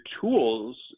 tools